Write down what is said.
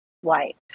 white